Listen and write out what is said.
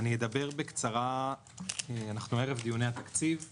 אדבר בקצרה, אנחנו ערב דיוני התקציב בממשלה.